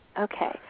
Okay